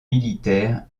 militaire